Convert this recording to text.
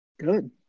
Good